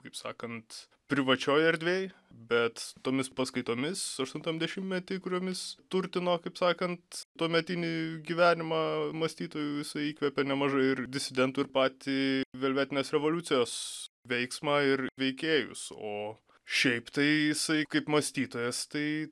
kaip sakant privačioj erdvėj bet tomis paskaitomis aštuntam dešimtmety kuriomis turtino kaip sakant tuometinį gyvenimą mąstytojų jisai įkvėpė nemažai ir disidentų ir patį velvetinės revoliucijos veiksmą ir veikėjus o šiaip tai jisai kaip mąstytojas tai